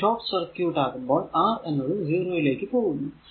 ഇനി short circuit ആകുമ്പോൾ R എന്നത് 0 യിലേക്ക് പോകുന്നു